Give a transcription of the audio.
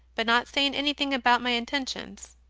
but not saying anything about my intentions.